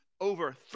over